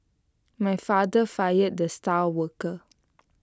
my father fired the star worker